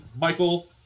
Michael